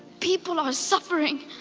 people are suffering.